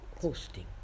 hosting